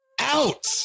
out